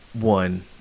One